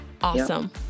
Awesome